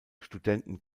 studenten